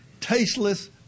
tasteless